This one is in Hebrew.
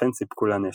לכן סיפקו לה נשק.